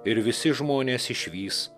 ir visi žmonės išvys